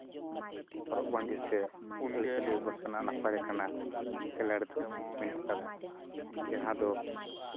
ᱦᱚᱨᱚᱜ ᱵᱟᱸᱫᱮ ᱥᱮ ᱟᱹᱨᱤᱪᱟᱹᱞᱤ ᱵᱮᱵᱚᱥᱛᱷᱟ ᱨᱮᱱᱟᱜ ᱱᱟᱯᱟᱭ ᱞᱮᱠᱟᱱᱟᱜ ᱜᱮᱞᱟᱨᱤ ᱫᱚ ᱢᱮᱱᱟᱜ ᱠᱟᱫᱟ ᱡᱟᱦᱟᱸ ᱫᱚ